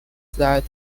that